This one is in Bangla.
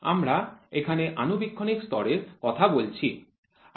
আমরা এখানে আণুবীক্ষণিক স্তরের কথা বলছি